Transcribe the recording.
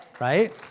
Right